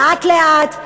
לאט-לאט,